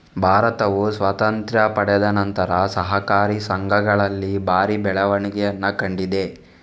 ಭಾರತವು ಸ್ವಾತಂತ್ರ್ಯ ಪಡೆದ ನಂತರ ಸಹಕಾರಿ ಸಂಘಗಳಲ್ಲಿ ಭಾರಿ ಬೆಳವಣಿಗೆಯನ್ನ ಕಂಡಿದೆ